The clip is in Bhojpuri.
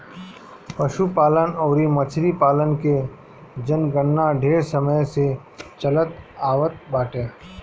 पशुपालन अउरी मछरी पालन के जनगणना ढेर समय से चलत आवत बाटे